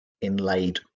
inlaid